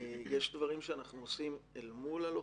יש דברים פוזיטיביים שאנחנו עושים עם הלוחמים?